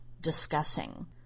discussing